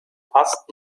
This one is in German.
fast